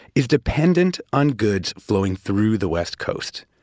is dependent on goods flowing through the west coast.